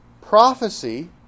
prophecy